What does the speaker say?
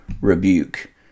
rebuke